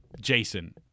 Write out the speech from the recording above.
Jason